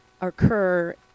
occur